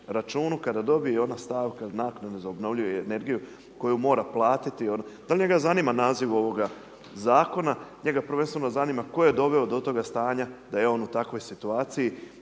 kada dobije ona stavka naknade za obnovljivu energiju koju mora platiti. Da li njega zanima naziv ovoga zakona, njega prvenstveno zanima tko je doveo do toga stanja da je on u takvoj situaciji